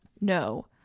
No